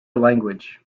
language